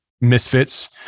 misfits